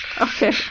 Okay